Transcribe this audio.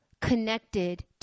connected